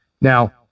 Now